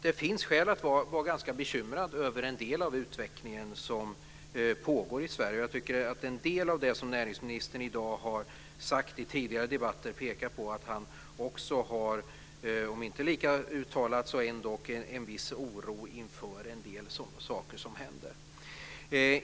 Det finns skäl att vara ganska bekymrad över en del av den utveckling som pågår i Sverige. Jag tycker att en del av det som näringsministern i dag har sagt i tidigare debatter pekar på att han också har, om än inte lika uttalat, en viss oro inför en del saker som händer.